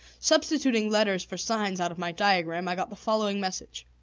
substituting letters for signs out of my diagram, i got the following message